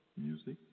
music